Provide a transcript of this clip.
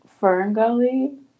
Ferngully